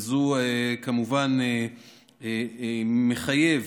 זה כמובן מחייב,